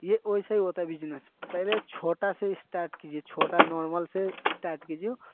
ये ऐसा ही होता है बिजनेस पहले छोटा से ही स्टार्ट कीजिए छोटा नॉर्मल से स्टार्ट कीजिए